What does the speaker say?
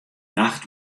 nacht